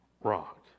rock